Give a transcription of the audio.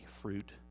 fruit